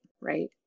right